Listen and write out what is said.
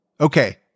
okay